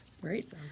Great